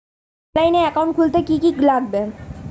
অনলাইনে একাউন্ট খুলতে কি কি লাগবে?